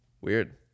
Weird